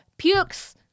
Pukes